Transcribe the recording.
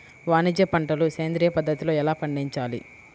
వాణిజ్య పంటలు సేంద్రియ పద్ధతిలో ఎలా పండించాలి?